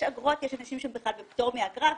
יש אנשים שהם בכלל בפטור מאגרה,